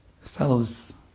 Fellows